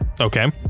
Okay